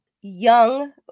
young